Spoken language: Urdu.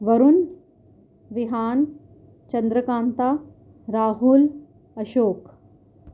ورن ریحان چندرکانتا راہل اشوک